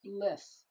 bliss